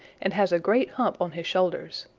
and has a great hump on his shoulders.